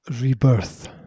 Rebirth